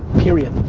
period,